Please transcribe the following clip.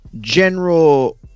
general